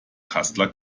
kassler